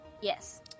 Yes